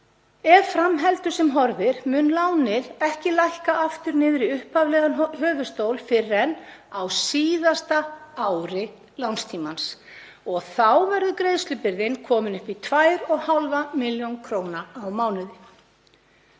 Ef fram heldur sem horfir mun lánið ekki lækka aftur niður í upphaflegan höfuðstól fyrr en á síðasta ári lánstímans. Þá verður greiðslubyrðin komin upp í 2,5 milljónir króna á mánuði.